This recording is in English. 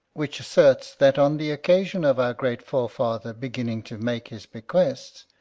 which asserts that on the occasion of our great forefather beginning to make his bequests,